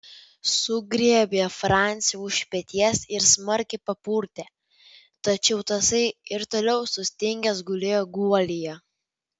sugriebė francį už peties ir smarkiai papurtė tačiau tasai ir toliau sustingęs gulėjo guolyje